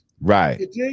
Right